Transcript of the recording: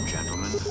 Gentlemen